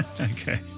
Okay